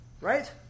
right